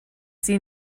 sie